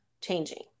changing